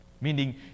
meaning